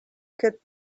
cut